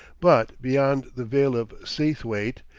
but beyond the vale of seathwaite,